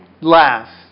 last